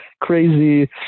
crazy